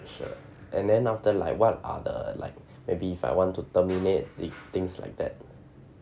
and then after like what are the like maybe if I want to terminate things like that